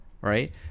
right